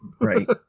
Right